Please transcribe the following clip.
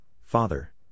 father